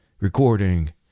recording